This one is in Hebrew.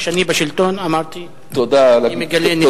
כשאני בשלטון, אמרתי, אני מגלה נדיבות.